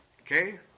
Okay